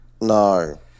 No